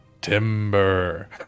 timber